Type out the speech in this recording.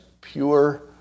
pure